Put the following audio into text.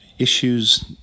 Issues